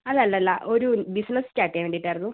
അല്ല അല്ല അല്ല ഒരു ബിസിനസ്സ് സ്റ്റാർട്ട് ചെയ്യാൻ വേണ്ടിയിട്ടായിരുന്നു